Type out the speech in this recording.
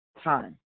time